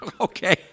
Okay